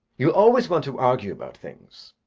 you always want to argue about things.